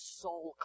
soul